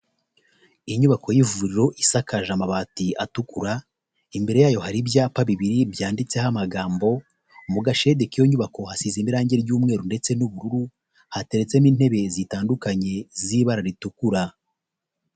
Inyubako y'ivuriro isakaje amabati atukura, imbere yayo hari ibyapa bibiri byanditseho amagambo, mu gashede k'iyo nyubako hasize irangi ry'umweru ndetse n'ubururu hateretsemo intebe zitandukanye z'ibara ritukura.